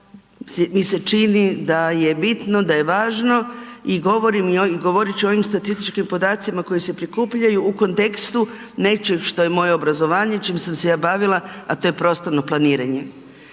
mi se čini da je bitno, da je važno i govorim i govorit ću ovim statističkim podacima koji se prikupljaju u kontekstu nečeg što je moje obrazovanje, čim sam ja bavila a to je prostorno planiranje.